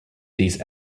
these